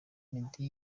meddy